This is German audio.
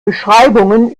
beschreibungen